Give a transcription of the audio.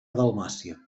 dalmàcia